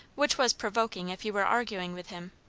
which was provoking if you were arguing with him.